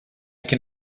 can